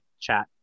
chat